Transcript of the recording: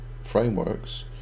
frameworks